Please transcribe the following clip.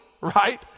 right